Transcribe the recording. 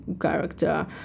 character